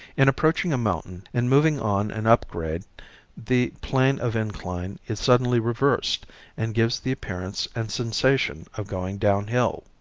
in approaching a mountain and moving on an up grade the plane of incline is suddenly reversed and gives the appearance and sensation of going downhill.